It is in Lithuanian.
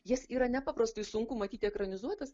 jas yra nepaprastai sunku matyti ekranizuotas